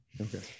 Okay